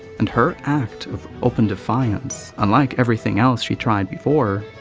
and her act of open defiance, unlike everything else she tried before,